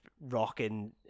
rocking